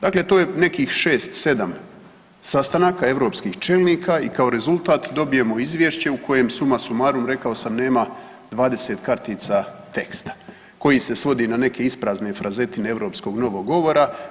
Dakle, to je nekih 6-7 sastanaka europskih čelnika i kao rezultat dobijemo izvješće u kojem suma sumarum rekao sam nema 20 kartica teksta koji se svodi na neke isprazne frazetine europskog novog govora.